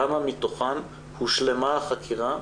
לגבי כמה מתוכן הושלמה החקירה